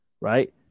Right